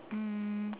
um